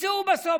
בסוף,